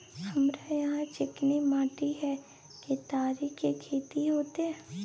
हमरा यहाँ चिकनी माटी हय केतारी के खेती होते?